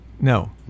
no